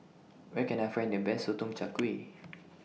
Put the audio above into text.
Where Can I Find The Best Sotong Char Kway